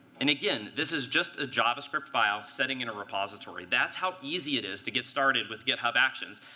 and again, this is just a javascript file sitting in a repository. that's how easy it is to get started with github actions.